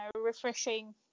refreshing